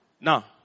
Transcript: Now